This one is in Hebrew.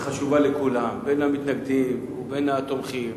היא חשובה לכולם, בין המתנגדים ובין התומכים,